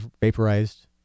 vaporized